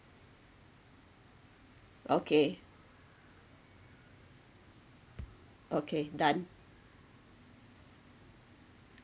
okay okay done